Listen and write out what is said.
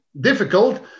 difficult